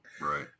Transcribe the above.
right